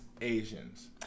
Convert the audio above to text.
Asians